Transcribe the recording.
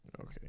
Okay